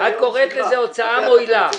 את קוראת לזה הוצאה מועילה.